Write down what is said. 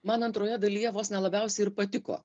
man antroje dalyje vos ne labiausiai ir patiko